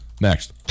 Next